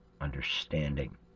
understanding